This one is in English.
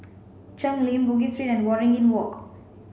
Cheng Lim Bugis Street and Waringin Walk